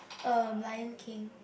um Lion-King